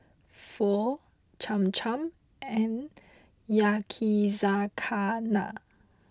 Pho Cham Cham and Yakizakana